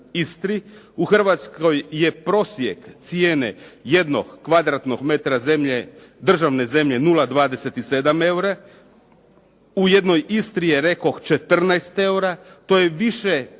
U Hrvatskoj je prosjek cijene jednog kvadratnog metra državne zemlje 0,27 eura. U jednoj Istri je, rekoh, 14 eura. To je više no